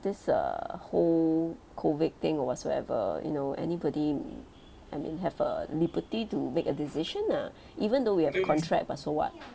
this err whole COVID thing or whatsoever you know anybody I mean have a liberty to make a decision ah even though we have contract but so what